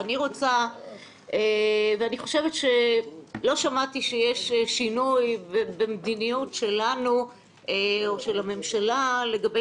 לא שמעתי שיש שינוי במדיניות שלנו או של הממשלה לגבי